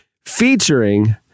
featuring